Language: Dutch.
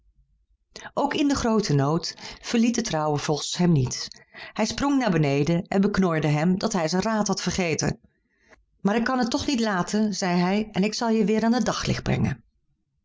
ook in den grooten nood verliet de trouwe vos hem niet hij sprong naar beneden en beknorde hem dat hij zijn raad had vergeten maar ik kan het toch niet laten zei hij en ik zal je weêr aan het daglicht brengen